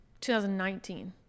2019